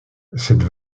cette